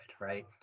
right